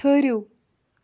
ٹھٕہرِو